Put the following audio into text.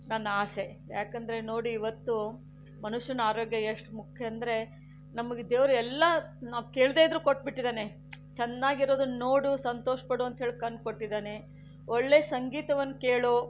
ನನ್ನ ಆಸೆ ಯಾಕೆಂದರೆ ನೋಡಿ ಇವತ್ತು ಮನುಷ್ಯನ ಆರೋಗ್ಯ ಎಷ್ಟು ಮುಖ್ಯಾಂದ್ರೆ ನಮಗೆ ದೇವರು ಎಲ್ಲ ನಾವು ಕೇಳದೆ ಇದ್ದರೂ ಕೊಟ್ಬಿಟ್ಟಿದ್ದಾನೆ ಚೆನ್ನಾಗಿರುದನ್ನ ನೋಡು ಸಂತೋಷಪಡು ಅಂತೇಳಿ ಕಣ್ಣು ಕೊಟ್ಟಿದ್ದಾನೆ ಒಳ್ಳೆ ಸಂಗೀತವನ್ನ ಕೇಳು